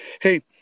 hey